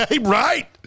Right